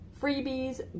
freebies